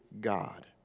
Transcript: God